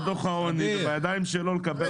העוני ובידיים שלו לקבל